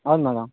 అవును మేడం